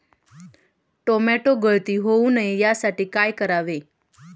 Tomato गळती होऊ नये यासाठी काय करावे?